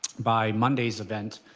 by monday's event,